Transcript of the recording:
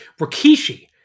Rikishi